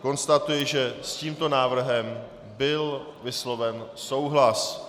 Konstatuji, že s tímto návrhem byl vysloven souhlas.